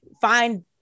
find